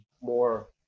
more